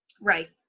Right